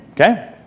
Okay